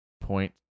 point